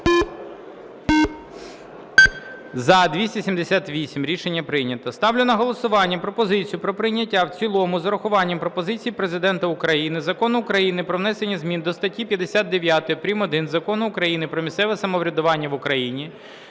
За-278 Рішення прийнято. Ставлю на голосування пропозицію про прийняття в цілому з урахуванням пропозицій Президента України Закон України про внесення змін до статті 59 прим.1 Закону України "Про місцеве самоврядування в Україні"